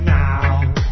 now